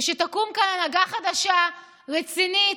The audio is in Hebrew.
ושתקום כאן הנהגה חדשה, רצינית,